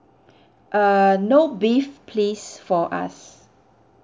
err no beef please for us